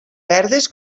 verdes